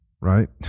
right